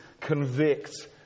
convict